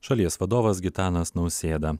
šalies vadovas gitanas nausėda